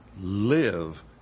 live